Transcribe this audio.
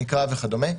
נקרא וכדומה,